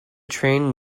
train